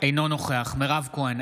אינו נוכח מירב כהן,